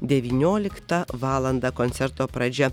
devynioliktą valandą koncerto pradžia